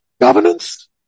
governance